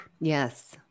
Yes